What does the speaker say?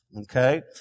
okay